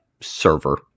server